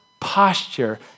posture